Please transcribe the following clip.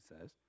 says